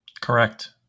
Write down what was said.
Correct